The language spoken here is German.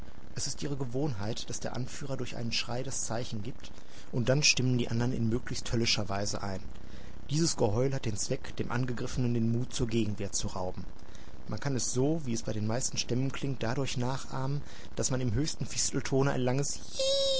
es ist ihre gewohnheit daß der anführer durch einen schrei das zeichen gibt und dann stimmen die andern in möglichst höllischer weise ein dieses geheul hat den zweck dem angegriffenen den mut zur gegenwehr zu rauben man kann es so wie es bei den meisten stämmen klingt dadurch nachahmen daß man im höchsten fisteltone ein langes